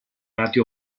lati